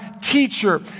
teacher